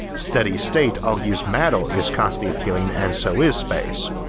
steady state argues matter is constantly appearing and so is space.